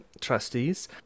trustees